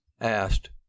asked